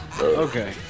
Okay